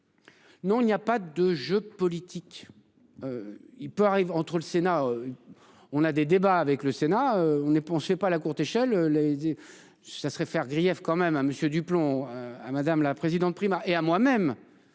Non, il n'y a pas de jeu politique. Il peut arriver entre le Sénat. On a des débats avec le Sénat, on est penché pas la courte échelle les. Ça serait faire grief quand même hein. Monsieur du plomb à madame la présidente Prima et à moi-même